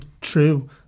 true